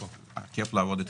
כיף לעבוד איתכם.